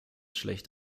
schlecht